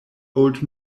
old